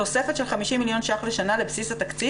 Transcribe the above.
תוספת של 50 מיליון ₪ לשנה לבסיס התקציב",